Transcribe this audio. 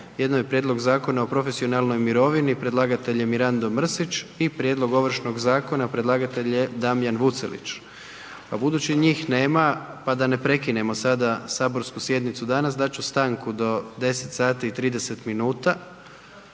Jedno je prijedlog Zakona o profesionalnoj mirovini, predlagatelj je Mirando Mrsić i prijedlog Ovršnog zakona, predlagatelj je Damjan Vucelić, a budući njih nema, pa da ne prekinemo sada saborsku sjednicu danas, dat ću stanku do 10,30 sati i onda